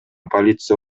полиция